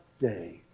days